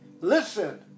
listen